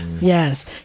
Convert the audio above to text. Yes